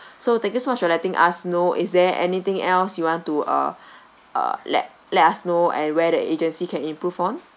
so thank you so much for letting us know is there anything else you want to uh uh let let us know and where the agency can improve on